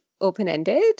open-ended